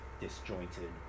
disjointed